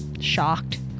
shocked